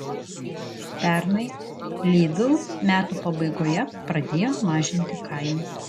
pernai lidl metų pabaigoje pradėjo mažinti kainas